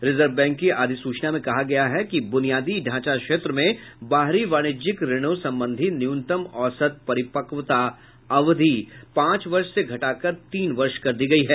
reserve bank की अधिसूचना में कहा गया है कि ब्रनियादी ढांचा क्षेत्र में बाहरी वाणिज्यिक ऋणों संबंधी न्यूनतम औसत परिपक्वता अवधि पांच वर्ष से घटाकर तीन वर्ष कर दी गई है